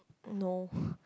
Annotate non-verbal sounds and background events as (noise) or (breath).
no (breath)